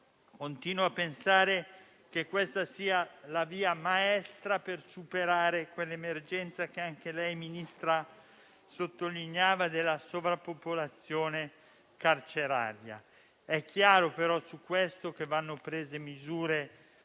continuo a pensare che questa sia la via maestra per superare l'emergenza, che anche lei, Ministro, sottolineava, della sovrappopolazione carceraria. È chiaro, però, che devono essere assunte